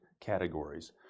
categories